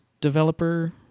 developer